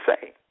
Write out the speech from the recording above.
say